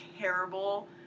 terrible